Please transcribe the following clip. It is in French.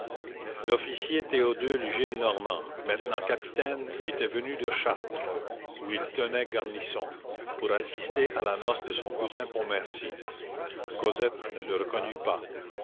l'officier théodule gillenormand maintenant capitaine était venu de chartres où il tenait garnison pour assister à la noce de son cousin pontmercy cosette ne le reconnut pas